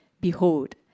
Behold